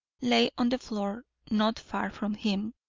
lay on the floor not far from him,